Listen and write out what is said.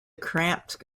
cramped